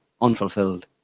unfulfilled